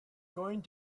going